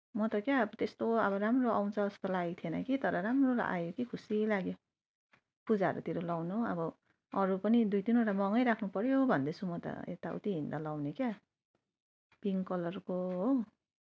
म त क्या अब त्यस्तो अब राम्रो आउँछ जस्तो लागेको थिएन कि तर राम्रो आयो कि खुसी लाग्यो पूजाहरूतिर लाउनु अब अरू पनि दुई तिनवटा मगाइराख्नु पर्यो भनेर भन्दैछु म त एता उति हिँड्दा लगाउने क्या पिङ्क कलरको हो